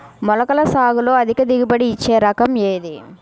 మొలకల సాగులో అధిక దిగుబడి ఇచ్చే రకం ఏది?